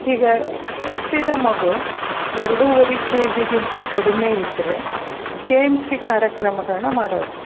ಈಗ ಹುಟ್ಟಿದ ಮಗು ಎರಡೂವರೆ ಕೆ ಝಿಗಿಂತ ಕಡಿಮೆ ಇದ್ದರೆ ಕೆ ಎಮ್ ಸಿ ಕಾರ್ಯಕ್ರಮಗಳನ್ನ ಮಾಡೋದು